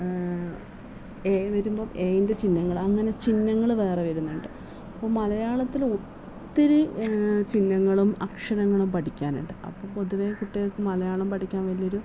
A വരുമ്പോൾ എ ൻ്റെ ചിഹ്നങ്ങൾ അങ്ങനെ ചിഹ്നങ്ങൾ വേറെ വരുന്നുണ്ട് അപ്പം മലയാളത്തിൽ ഒത്തിരി ചിഹ്നങ്ങളും അക്ഷരങ്ങളും പഠിക്കാനുണ്ട് അപ്പം പൊതുവെ കുട്ടികൾക്ക് മലയാളം പഠിക്കാൻ വലിയൊരു